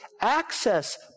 access